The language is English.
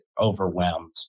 overwhelmed